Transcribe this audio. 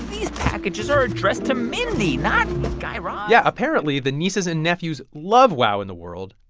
these packages are addressed to mindy, not guy raz yeah. apparently, the nieces and nephews love wow in the world,